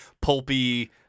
pulpy